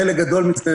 חלק גדול מזה